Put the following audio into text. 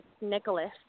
Nicholas